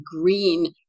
green